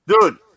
Dude